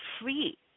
free